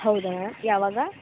ಹೌದಾ ಯಾವಾಗ